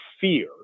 fear